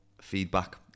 feedback